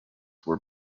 were